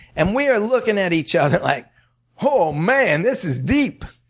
and we're looking at each other like oh, man, this is deep.